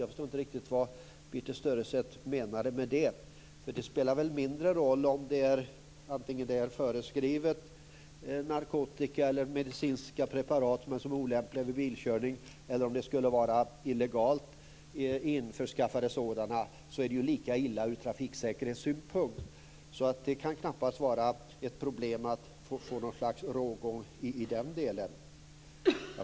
Jag förstår inte riktigt vad Birthe Sörestedt menar med det. Det spelar väl mindre roll om det är förskriven narkotika eller medicinska preparat som är olämpliga vid bilkörning eller om det är illegalt införskaffade sådana. Det är ju lika illa ur trafiksäkerhetssynpunkt. Det kan knappast vara ett problem att få en rågång i den delen.